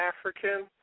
African